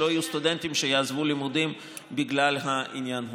שלא יהיו סטודנטים שיעזבו את הלימודים בגלל העניין הזה.